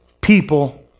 people